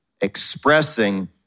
expressing